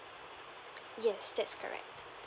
yes that's correct